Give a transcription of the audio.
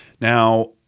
Now